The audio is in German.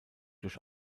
durch